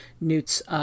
Newt's